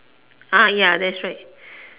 ya that's right